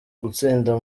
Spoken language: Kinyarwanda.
gutsinda